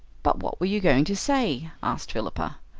but what were you going to say? asked philippa.